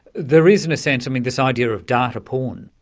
there is in a sense. i mean, this idea of data porn.